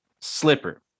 slipper